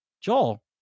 Joel